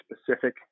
specific